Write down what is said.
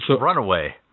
Runaway